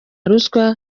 ruswa